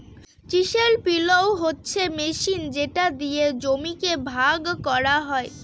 chisel পিলও হচ্ছে machine যেটা দিয়ে জমিকে ভাগ করা হয়